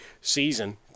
season